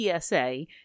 PSA